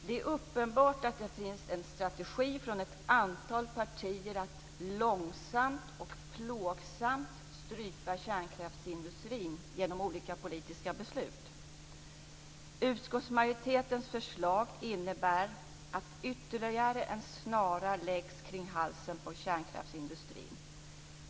Det är uppenbart att det finns en strategi från ett antal partier att långsamt och plågsamt strypa kärnkraftsindustrin genom olika politiska beslut. Utskottsmajoritetens förslag innebär att ytterligare en snara läggs kring halsen på kärnkraftsindustrin.